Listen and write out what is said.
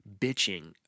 bitching